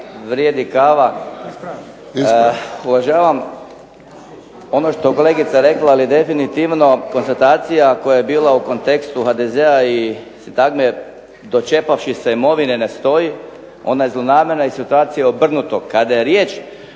Željko (HDZ)** Uvažavam ono što je kolegica rekla, ali definitivno konstatacija koja je bila u kontekstu HDZ-a i sintagme dočepavši se imovine ne stoji. Ona je zlonamjerna i situacija je obrnuta. Kada je riječ